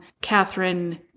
Catherine